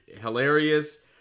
hilarious